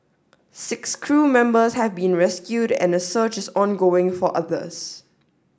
six crew members have been rescued and a search is ongoing for others